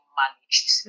managed